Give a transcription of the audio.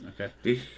Okay